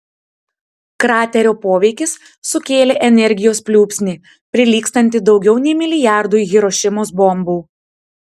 kraterio poveikis sukėlė energijos pliūpsnį prilygstantį daugiau nei milijardui hirošimos bombų